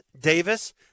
Davis